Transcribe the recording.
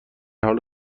حال